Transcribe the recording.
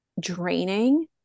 draining